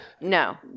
no